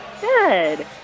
Good